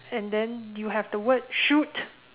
and then you have the word shoot